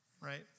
right